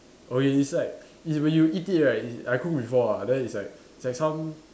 okay it's like e~ when you eat it right i~ I cook before ah then it's like it's like some